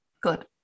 good